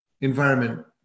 environment